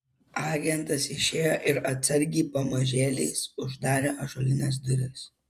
agentas išėjo ir atsargiai pamažėliais uždarė ąžuolines duris